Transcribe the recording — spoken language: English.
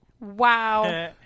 Wow